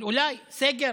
אולי, לסגר